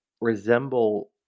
resemble